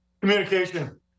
Communication